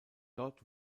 dort